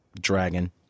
dragon